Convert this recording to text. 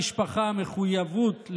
וחוסר הכרה בלגיטימיות של הממשלה הזאת.